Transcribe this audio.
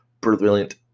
Brilliant